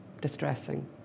distressing